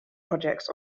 projects